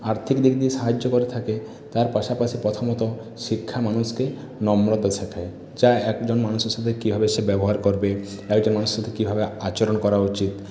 আর্থিক দিক দিয়ে সাহায্য করে থাকে তার পাশাপাশি প্রথমত শিক্ষা মানুষকে নম্রতা শেখায় যা একজন মানুষের সাথে কীভাবে সে ব্যবহার করবে একজন মানুষের সাথে কীভাবে আচরণ করা উচিত